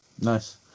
Nice